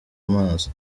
amazi